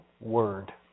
word